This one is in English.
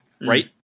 right